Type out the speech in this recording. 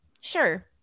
Sure